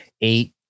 eight